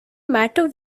matter